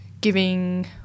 giving